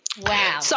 Wow